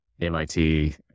MIT